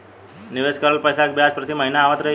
निवेश करल पैसा के ब्याज प्रति महीना आवत रही?